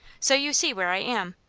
so you see where i am.